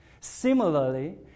Similarly